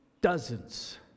dozens